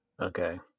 okay